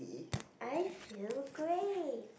I feel great